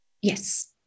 Yes